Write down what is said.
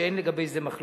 שאין על זה מחלוקת.